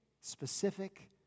specific